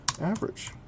average